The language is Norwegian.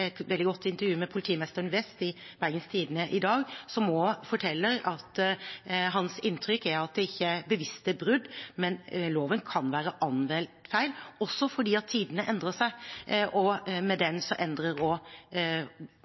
veldig godt intervju i Bergens Tidende i dag med politimesteren i Vest, som forteller at hans inntrykk er at det ikke er bevisste brudd, men at loven kan være anvendt feil, også fordi tidene endrer seg, og med dem endrer